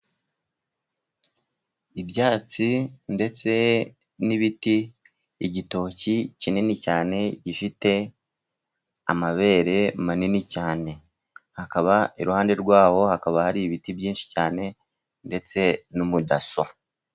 Ibyatsi ndetse n'ibiti, igitoki kinini cyane gifite amabere manini cyane, akaba iruhande rwaho hakaba hari ibiti byinshi cyane ndetse n'umudaso.